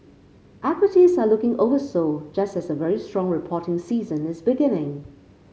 equities are looking oversold just as a very strong reporting season is beginning